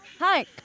Hi